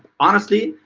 honestly,